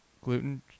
gluten